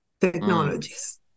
technologies